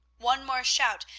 one more shout,